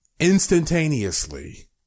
Instantaneously